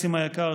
ניסים היקר,